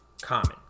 common